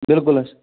بِلکُل حظ